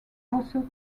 also